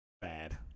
bad